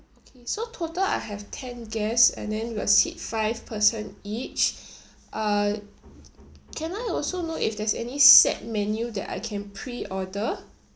okay so total I have ten guests and then will seat five percent each uh can I also know if there's any set menu that I can pre order